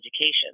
education